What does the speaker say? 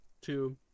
two